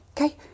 okay